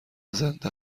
زنده